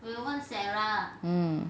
mm